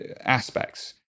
aspects